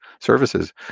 services